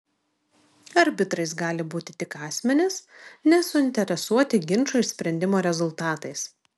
arbitrais gali būti tik asmenys nesuinteresuoti ginčo išsprendimo rezultatais